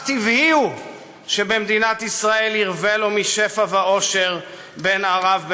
טבעי הוא שבמדינת ישראל "ירווה לו משפע ואושר בן ערב,